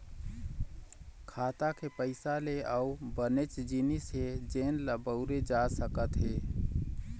खाता के पइसा ले अउ बनेच जिनिस हे जेन ल बउरे जा सकत हे